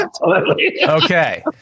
Okay